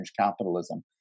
capitalism